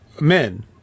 Men